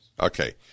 Okay